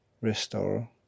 restore